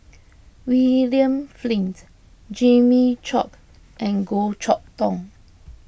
William Flint Jimmy Chok and Goh Chok Tong